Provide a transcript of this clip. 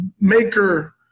maker